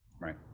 Right